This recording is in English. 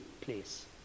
place